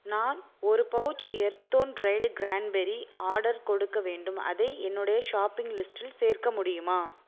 நான் ஒரு பவுச் எர்தோன் டிரைடு கிரேன்பெர்ரி ஆர்டர் கொடுக்க வேண்டும் அதை என்னுடைய ஷாப்பிங் லிஸ்டில் சேர்க்க முடியுமா